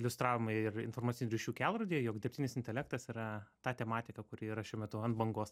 iliustravome ir informacinių ryšių kelrodyje jog dirbtinis intelektas yra ta tematika kuri yra šiuo metu ant bangos